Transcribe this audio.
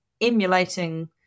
emulating